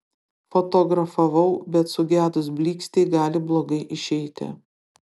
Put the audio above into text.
fotografavau bet sugedus blykstei gali blogai išeiti